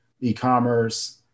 e-commerce